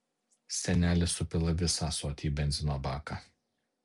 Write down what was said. senelis supila visą ąsotį į benzino baką